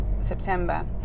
september